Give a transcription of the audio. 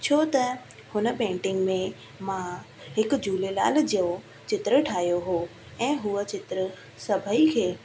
छो त हुन पेंटिंग में मां हिकु झूलेलाल जो चित्र ठाहियो हुओ ऐं हू चित्र सभेई खे